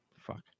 fuck